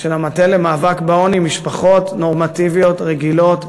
של המטה למאבק בעוני, משפחות נורמטיביות, רגילות.